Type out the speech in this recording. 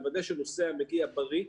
לוודא שנוסע מגיע בריא,